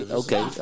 okay